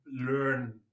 learn